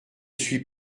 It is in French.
suis